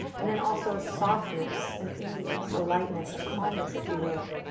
and then also a softness, an ease, a lightness, a calmness, if you will.